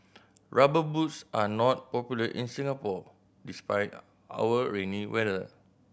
Rubber Boots are not popular in Singapore despite our rainy weather